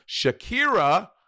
Shakira